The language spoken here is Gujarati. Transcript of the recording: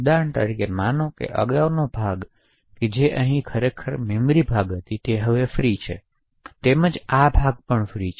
ઉદાહરણ તરીકે માનોકે અગાઉના ભાગ અહીં ખરેખર જે મેમરી હતી તે ફ્રી હતી તેમજ આ ભાગ ફ્રી છે